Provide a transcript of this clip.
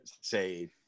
say